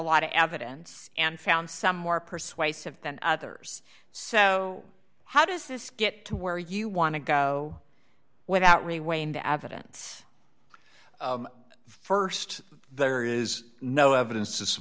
lot of evidence and found some more persuasive than others so how does this get to where you want to go without really way into evidence st there is no evidence